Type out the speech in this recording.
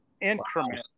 increment